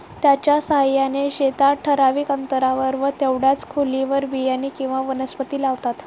त्याच्या साहाय्याने शेतात ठराविक अंतरावर व तेवढ्याच खोलीवर बियाणे किंवा वनस्पती लावतात